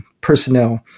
personnel